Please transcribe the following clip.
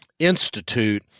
Institute